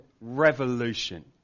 revolution